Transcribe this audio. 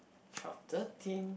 twelve thirteen